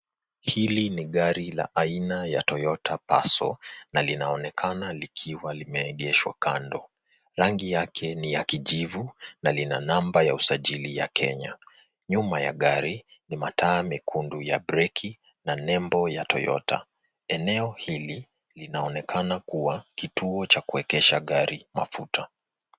Hili ni gari aina ya Toyota Passo na linaonekana likiwa limeegwshwa kando. Rangi yake ni ya kijivu na lina namba ya usajili ya Kenya. Nyuma ya gari ni mataa mekundu ya breki na nembo ya Toyota. Eneo hili linaonekana kuwa kituo cha kuekesha gari mafuta.